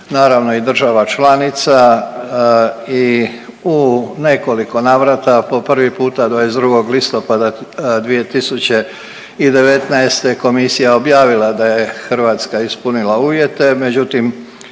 naravno i država članica i u nekoliko navrata po prvi puta 22. listopada 2019. komisija je objavila da je Hrvatska ispunila uvjete, međutim